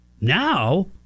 Now